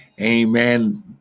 amen